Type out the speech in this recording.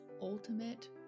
ultimate